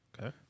Okay